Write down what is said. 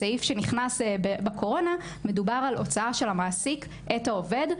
בסעיף שנכנס בקורונה מדובר על הוצאה של המעסיק את העובד.